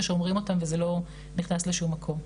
שאומרים את הדברים וזה לא נכנס לשום מקום.